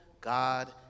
God